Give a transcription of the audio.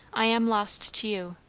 i am lost to you.